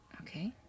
Okay